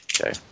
Okay